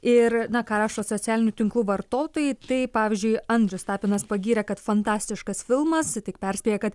ir na ką rašo socialinių tinklų vartotojai tai pavyzdžiui andrius tapinas pagyrė kad fantastiškas filmas tik perspėja kad